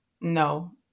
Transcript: no